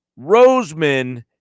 Roseman